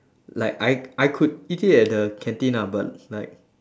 like I I could eat it at the canteen ah but like